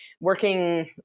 working